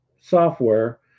software